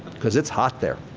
cause it's hot there.